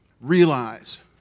realize